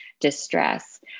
distress